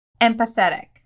Empathetic